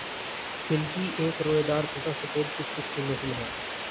silkie एक रोएदार तथा सफेद कुक्कुट की नस्ल है